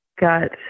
got